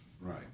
Right